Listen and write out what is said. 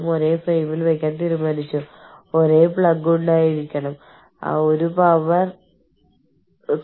അതിനാൽ ഞാൻ അർത്ഥമാക്കുന്നത് നിങ്ങൾ എങ്ങനെയാണ് ശതമാനം കണക്കാക്കുന്നത് നിങ്ങൾ എങ്ങനെയാണ് പാരിറ്റി കണക്കാക്കുന്നത് എന്നത് ഒരു പ്രശ്നമായി മാറുന്നു